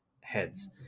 heads